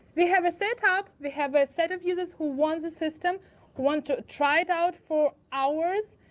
we have a setup. we have a set of users who wants a system, who want to try it out for hours,